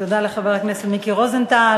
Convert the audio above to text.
תודה לחבר הכנסת מיקי רוזנטל.